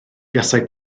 buasai